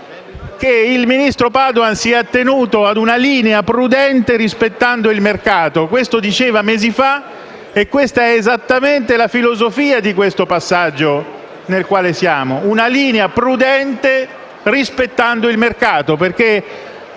che il ministro Padoan si è attenuto a una linea prudente rispettando il mercato: questo diceva mesi fa e questa è esattamente la filosofia del passaggio nel quale ci troviamo. È una linea prudente nel rispetto del mercato,